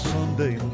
Sunday